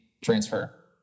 transfer